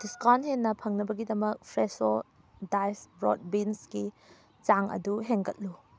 discount ꯍꯦꯟꯅ ꯐꯪꯅꯕꯒꯤꯗꯃꯛ Fresho diced broad ꯕꯤꯟꯁꯒꯤ ꯆꯥꯡ ꯑꯗꯨ ꯍꯦꯟꯒꯠꯂꯨ